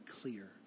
clear